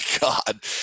God